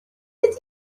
ydy